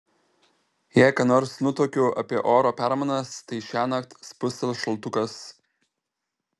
jei ką nors nutuokiu apie oro permainas tai šiąnakt spustels šaltukas